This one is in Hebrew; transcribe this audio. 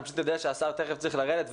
אני יודע שהשר תיכף צריך לרדת,